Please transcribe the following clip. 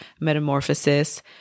metamorphosis